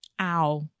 Ow